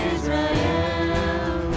Israel